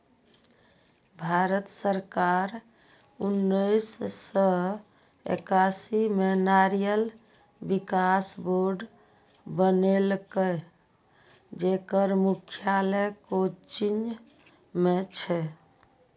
भारत सरकार उन्नेस सय एकासी मे नारियल विकास बोर्ड बनेलकै, जेकर मुख्यालय कोच्चि मे छै